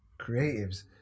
creatives